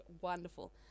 wonderful